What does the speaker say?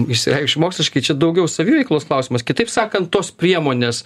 išsireikšiu moksliškai čia daugiau saviveiklos klausimas kitaip sakant tos priemonės